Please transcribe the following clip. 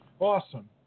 Awesome